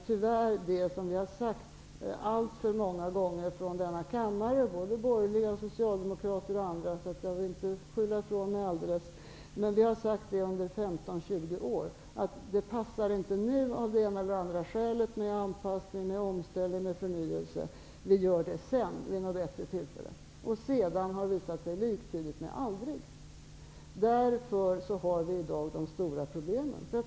Tyvärr har vi - det gäller borgerliga, socialdemokrater och andra, för jag vill inte helt skylla ifrån mig - sagt alltför många gånger i denna kammare under 15-20 års tid att det nu av det ena eller det andra skälet inte passar med en anpassning, omställning eller förnyelse. Det gör vi sedan, vid något bättre tillfälle. Men sedan har visat sig vara liktydigt med aldrig. Därför har vi i dag så stora problem.